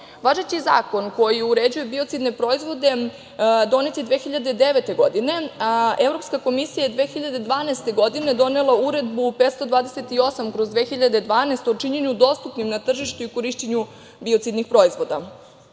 način. Važeći zakon koji uređuje biocidne proizvode donet je 2009. godine, a Evropska komisija je 2012. godine donela Uredbu 528/2012 o činjenju dostupnim na tržištu i korišćenju biocidnih proizvoda.